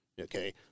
okay